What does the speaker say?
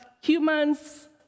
humans